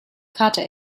karte